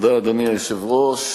אדוני היושב-ראש,